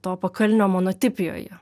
to pakalnio monotipijoje